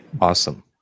Awesome